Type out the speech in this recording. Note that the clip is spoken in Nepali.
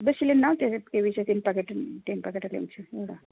बेसी लिन्न हो त्यसै किवी चाहिँ तिन प्याकेट तिन प्याकेटै ल्याउँछु र